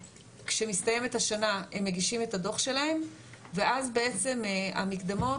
כשמסתיימת השנה הם מגישים את הדוח שלהם ואז בעצם המקדמות